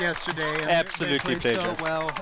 yesterday absolutely well